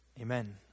Amen